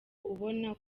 ubona